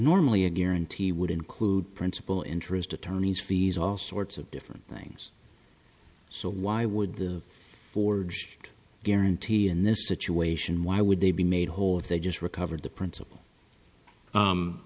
normally a guarantee would include principal interest attorneys fees all sorts of different things so why would the forged guarantee in this situation why would they be made whole if they just recovered the princip